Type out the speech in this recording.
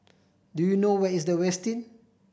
do you know where is The Westin